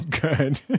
good